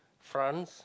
France